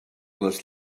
les